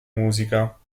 musica